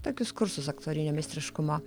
tokius kursus aktorinio meistriškumo